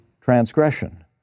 transgression